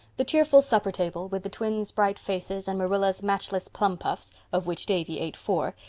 the cheerful supper table, with the twins' bright faces, and marilla's matchless plum puffs. of which davy ate four.